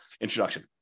introduction